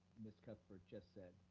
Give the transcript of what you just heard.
mrs. cuthbert just said.